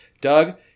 Doug